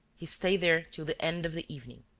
he stayed there till the end of the evening.